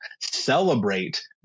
celebrate